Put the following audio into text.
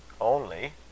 Only